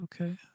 Okay